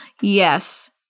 Yes